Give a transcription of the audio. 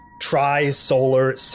tri-solar